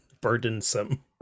burdensome